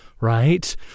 right